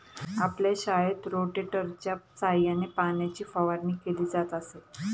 आपल्या शाळेत रोटेटरच्या सहाय्याने पाण्याची फवारणी केली जात असे